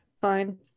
Fine